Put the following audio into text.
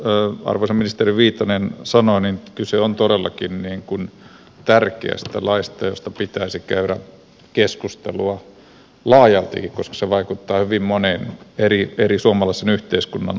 niin kuin arvoisa ministeri viitanen sanoi niin kyse on todellakin tärkeästä laista josta pitäisi käydä keskustelua laajaltikin koska se vaikuttaa hyvin moneen eri suomalaisen yhteiskunnan lohkoon